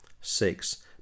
six